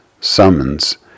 summons